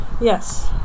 Yes